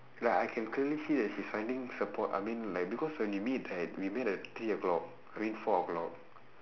like I can clearly see that she is finding support I mean like because when we meet right we meet at three o'clock I mean four o'clock